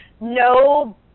no